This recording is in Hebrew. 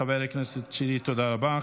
חבר הכנסת שירי, תודה רבה.